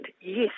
yes